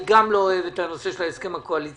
אני גם לא אוהב את הנושא של ההסכם הקואליציוני,